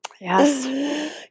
Yes